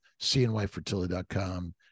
cnyfertility.com